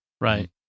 Right